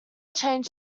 changed